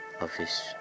office